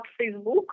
Facebook